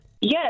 Yes